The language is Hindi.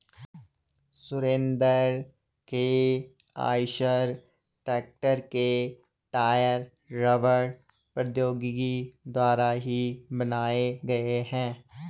सुरेंद्र के आईसर ट्रेक्टर के टायर रबड़ प्रौद्योगिकी द्वारा ही बनाए गए हैं